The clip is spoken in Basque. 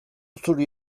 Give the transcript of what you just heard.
zuri